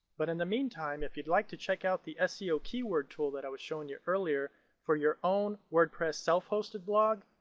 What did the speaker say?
but in the meantime, if you'd like to check out the seo keyword tool that i was showing you earlier for your own wordpress self hosted blog,